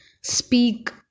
speak